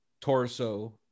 torso